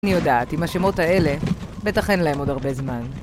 אני יודעת, אם השמות האלה, בטח אין להם עוד הרבה זמן.